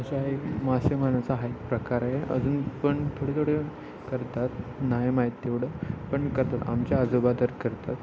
असा एक मासे मारण्याचा हा एक प्रकार आहे अजून पण थोडे थोडे करतात नाही माहीत तेवढं पण करतात आमच्या आजोबा तर करतात